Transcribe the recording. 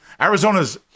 Arizona's